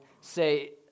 say